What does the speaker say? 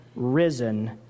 risen